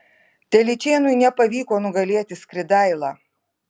telyčėnui nepavyko nugalėti skridailą